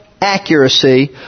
accuracy